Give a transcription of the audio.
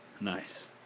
Nice